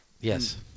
Yes